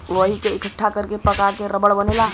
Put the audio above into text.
वही के इकट्ठा कर के पका क रबड़ बनेला